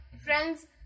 friends